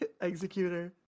Executor